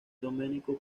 domenico